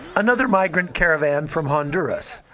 another migrant caravan from honduras,